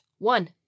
One